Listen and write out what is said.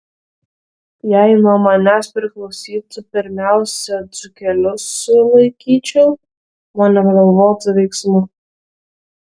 jei nuo manęs priklausytų pirmiausia dzūkelius sulaikyčiau nuo neapgalvotų veiksmų